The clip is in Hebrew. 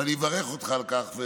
ואני מברך אותך על כך.